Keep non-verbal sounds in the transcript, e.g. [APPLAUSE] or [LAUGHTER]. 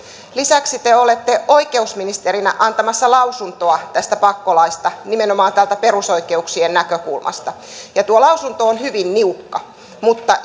lisäksi te olette oikeusministerinä antamassa lausuntoa tästä pakkolaista nimenomaan perusoikeuksien näkökulmasta ja tuo lausunto on hyvin niukka mutta [UNINTELLIGIBLE]